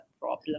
problem